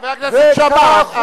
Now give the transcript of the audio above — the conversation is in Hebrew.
חבר הכנסת שאמה, קריאת הביניים נשמעה.